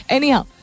Anyhow